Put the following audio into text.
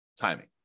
timing